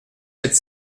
sept